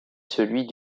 celui